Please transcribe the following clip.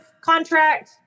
contract